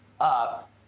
up